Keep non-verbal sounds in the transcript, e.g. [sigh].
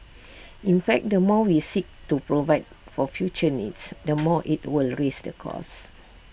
in fact the more we seek to provide for future needs the [noise] more IT will raise the cost